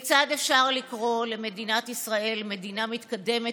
כיצד אפשר לקרוא למדינת ישראל מדינה מתקדמת,